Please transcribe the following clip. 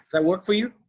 that work for you?